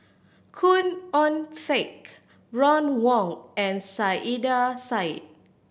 Khoo Oon Teik Ron Wong and Saiedah Said